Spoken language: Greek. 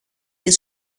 και